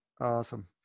Awesome